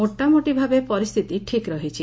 ମୋଟାମୋଟି ଭାବେ ପରିସ୍ଚିତି ଠିକ ରହିଛି